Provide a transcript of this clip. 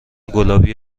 گلابی